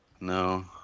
no